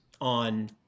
on